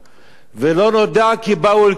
ולא נודע כי באו אל קרבנה,